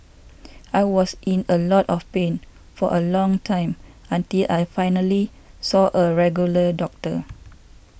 I was in a lot of pain for a long time until I finally saw a regular doctor